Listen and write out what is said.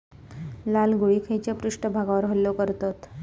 लाल कोळी खैच्या पृष्ठभागावर हल्लो करतत?